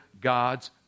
God's